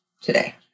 today